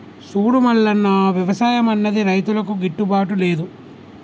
సూడు మల్లన్న, వ్యవసాయం అన్నది రైతులకు గిట్టుబాటు లేదు